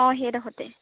অঁ সেইডোখৰতে